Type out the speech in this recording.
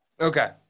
Okay